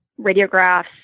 radiographs